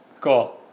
Cool